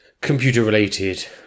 computer-related